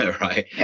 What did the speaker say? right